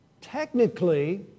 Technically